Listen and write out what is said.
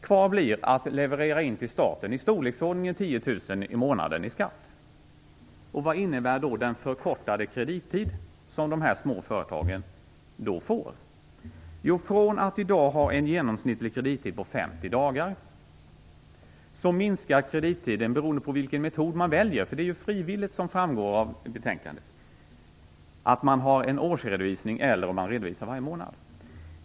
Kvar blir att leverera in till staten i skatt i storleksordningen Vad innebär då den förkortade kredittid som dessa små företag får? Från att i dag ha en genomsnittlig kredittid på 50 dagar minskar kredittiden beroende på vilken metod man väljer. Det är fritt att välja om man vill ha en årsredovisning eller redovisa varje månad, som framgår av betänkandet.